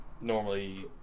normally